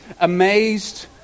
Amazed